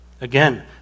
Again